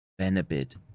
Benabid